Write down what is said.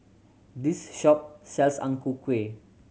this shop sells Ang Ku Kueh